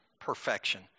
perfection